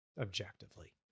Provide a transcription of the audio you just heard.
objectively